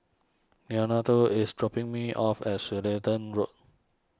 Leonardo is dropping me off at Road